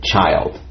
Child